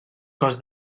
cos